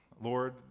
Lord